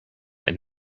and